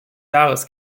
jahres